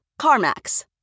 CarMax